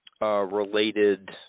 related